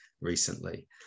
recently